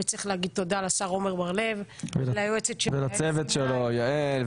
וצריך להגיד תודה לשר עמר בר-לב --- ולצוות שלו יעל,